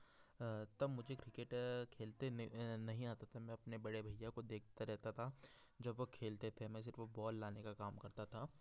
तब मुझे क्रिकेट खेलते में नहीं आता था मैं अपने बड़े भैया को देखता रहता था जब वह खेलते थे मैं वह बॉल लाने का काम करता था